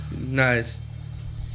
Nice